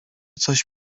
coś